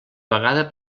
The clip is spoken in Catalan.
vegada